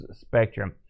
Spectrum